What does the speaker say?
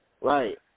Right